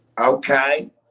Okay